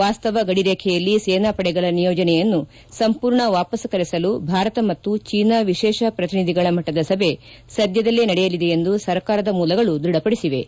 ವಾಸ್ತವ ಗಡಿ ರೇಖೆಯಲ್ಲಿ ಸೇನಾಪಡೆಗಳ ನಿಯೋಜನೆಯನ್ನು ಸಂಪೂರ್ಣ ವಾಪಸ್ ಕರೆಸಲು ಭಾರತ ಮತ್ತು ಚೀನಾ ವಿಶೇಷ ಪ್ರತಿನಿಧಿಗಳ ಮಟ್ಟದ ಸಭೆ ಸದ್ಯದಲ್ಲೇ ನಡೆಯಲಿದೆ ಎಂದು ಸರ್ಕಾರದ ಮೂಲಗಳು ದ್ಬಢಪಡಿಸಿವೆ